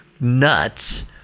nuts